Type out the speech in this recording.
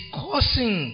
causing